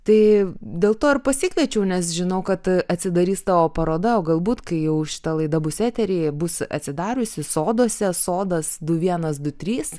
tai dėl to ir pasikviečiau nes žinau kad atsidarys tavo paroda o galbūt kai jau šita laida bus eteryje bus atsidariusi soduose sodas du vienas du trys